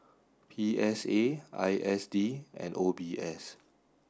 P S A I S D and O B S